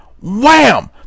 wham